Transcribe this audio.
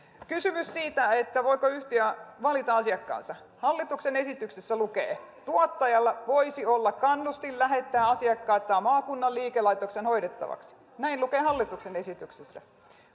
kysymys siitä voiko yhtiö valita asiakkaansa hallituksen esityksessä lukee tuottajilla voisi olla kannustin lähettää asiakkaitaan maakunnan liikelaitoksen hoidettaviksi näin lukee hallituksen esityksessä